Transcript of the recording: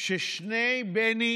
כששני בני